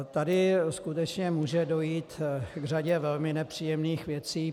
Tady skutečně může dojít k řadě velmi nepříjemných věcí.